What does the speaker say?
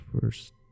first